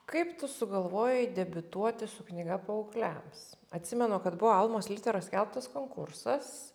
kaip tu sugalvojai debiutuoti su knyga paaugliams atsimenu kad buvo almos literos skelbtas konkursas